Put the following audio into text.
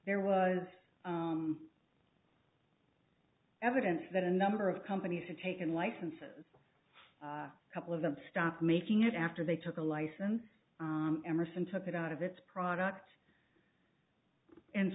there was evidence that a number of companies had taken licenses a couple of them stopped making it after they took a license emerson took it out of its product and